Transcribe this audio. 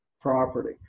property